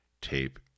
tape